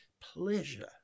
pleasure